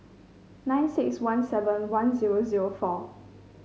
nine six one seven one zero zero four